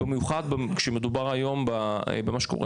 במיוחד שמדובר היום על מה שקורה